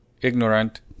ignorant